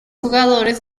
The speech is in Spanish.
jugadores